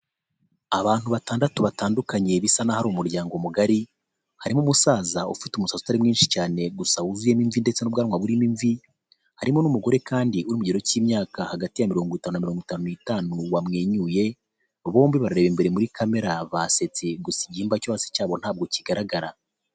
Abantu batandatu batandukanye bisa n'ahari umuryango mugari, harimo umusaza ufite umusatsi utari mwinshi cyane gusa wuzuyemo imvi, ndetse n'ubwanwa burimo imvi. Harimo n'umugore kandi uri mu kigero cy'imyaka iri hagati ya mirongo itanu na mirongo itanu n’itanu wamwenyuye. Bombi barareba imbere muri camera basetse, gusa igihimba cyo hasi cyabo ntabwo kigaragara.